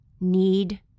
need